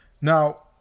Now